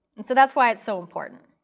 and so that's why it's so important.